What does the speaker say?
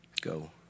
Go